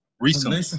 recently